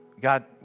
God